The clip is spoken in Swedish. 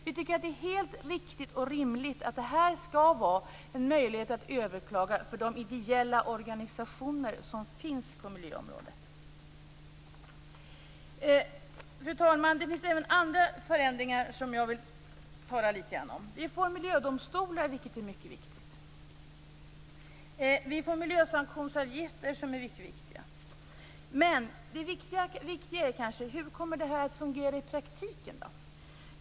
Vi tycker att det är helt riktigt och rimligt att det skall finns en möjlighet att överklaga för de ideella organisationer som finns på miljöområdet. Fru talman! Det finns även andra förändringar som jag vill tala litet grand om. Vi får miljödomstolar, vilket är mycket viktigt. Vi får miljösanktionsavgifter som är mycket viktiga. Men det viktigaste är kanske: Hur kommer det här att fungera i praktiken?